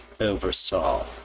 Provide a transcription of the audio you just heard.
oversaw